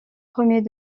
premiers